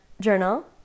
journal